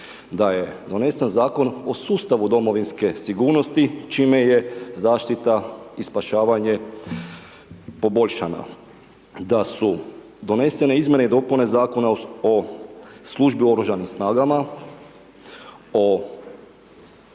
da je donesen Zakon o sustavu domovinske sigurnosti, čime je zaštita i spašavanje poboljšana, da su donesene izmjene i dopune Zakona o službi oružanim snagama,